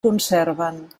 conserven